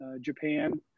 Japan